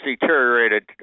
deteriorated